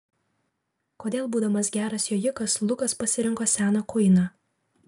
kodėl būdamas geras jojikas lukas pasirinko seną kuiną